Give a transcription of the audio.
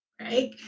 right